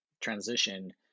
transition